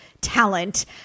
talent